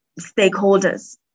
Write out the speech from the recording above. stakeholders